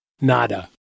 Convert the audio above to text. nada